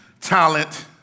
talent